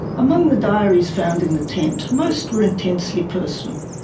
among the diaries found in the tent, most were intensely personal,